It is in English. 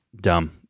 dumb